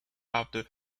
after